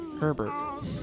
Herbert